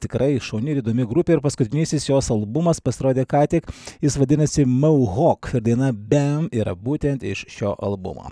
tikrai šauni ir įdomi grupė ir paskutinysis jos albumas pasirodė ką tik jis vadinasi mauhokir daina bem yra būtent iš šio albumo